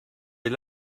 est